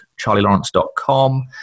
charlielawrence.com